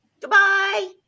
Goodbye